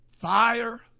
Fire